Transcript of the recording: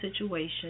situation